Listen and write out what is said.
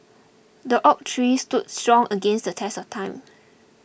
the oak tree stood strong against the test of time